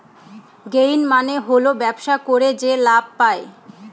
gain মানে হল ব্যবসা করে যে লাভ পায়